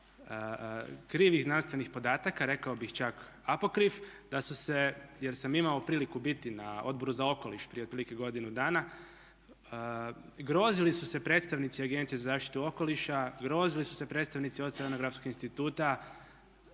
krivih znanstvenih podataka, rekao bih čak apokrif da su se, jer sam imao priliku biti na Odboru za okoliš prije otprilike godinu dana, grozili su se predstavnici Agencije za zaštitu okoliša, grozili su se predstavnici Oceanografskog instituta,